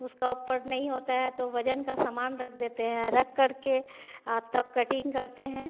उसके ऊपर नहीं होता है तो वज़न का सामान रख देते हैं रख करके तब कटिंग करते हैं